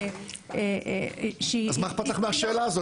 שהיא --- אז מה אכפת לך מהשאלה הזאת,